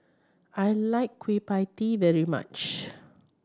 I like Kueh Pie Tee very much